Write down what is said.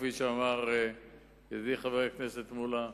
כפי שאמר ידידי חבר הכנסת מולה,